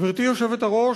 גברתי היושבת-ראש,